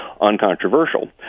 uncontroversial